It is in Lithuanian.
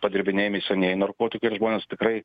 padirbinėjami senieji narkotikai ir žmonės tikrai